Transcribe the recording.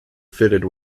fitted